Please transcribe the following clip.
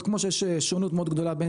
כמו שיש כמו שיש שונות מאוד גדולה בין